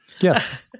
Yes